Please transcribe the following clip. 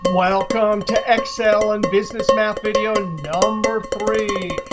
welcome to excel and business math video number three.